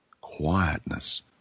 quietness